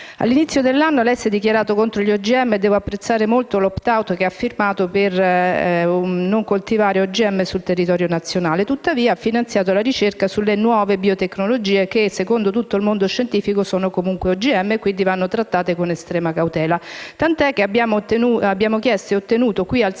All'inizio dell'anno lei, signor Ministro, si è dichiarato contro gli OGM e devo apprezzare molto l'*optout* che ha firmato per non coltivarli sul territorio nazionale. Tuttavia, lei ha finanziato la ricerca sulle nuove biotecnologie che, secondo tutto il mondo scientifico, sono comunque OGM e quindi vanno trattate con estrema cautela, tant'è che abbiamo chiesto e ottenuto, qui in Senato,